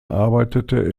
arbeitete